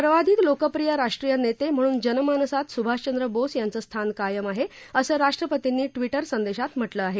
सर्वाधिक लोकप्रिय राष्ट्रीय नेते म्हणून जनमानसात सुभाषचंद्रबोस यांचं स्थान कायम आहे असं राष्ट्रपतींनी ट्विटर संदेशात म्हटलं आहे